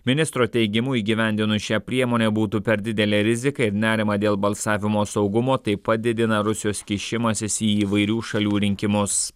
ministro teigimu įgyvendinus šią priemonę būtų per didelė rizika ir nerimą dėl balsavimo saugumo taip pat didina rusijos kišimasis į įvairių šalių rinkimus